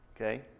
Okay